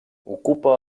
ocupa